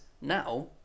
now